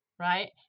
right